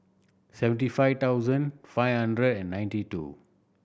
seventy five thousand five hundred and ninety two